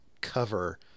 Cover